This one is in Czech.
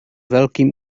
velkým